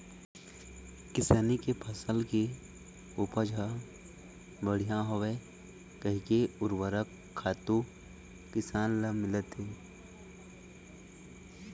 किसानी के फसल के उपज ह बड़िहा होवय कहिके उरवरक खातू किसान ल मिलत हे